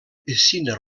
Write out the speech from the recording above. piscina